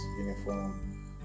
uniform